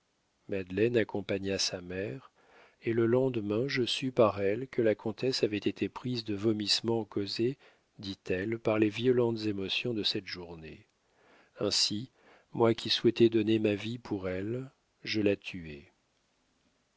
accompagna sa mère et le lendemain je sus par elle que la comtesse avait été prise de vomissements causés dit-elle par les violentes émotions de cette journée ainsi moi qui souhaitais donner ma vie pour elle je la tuais